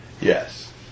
Yes